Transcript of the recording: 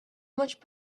much